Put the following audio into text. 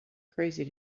crazy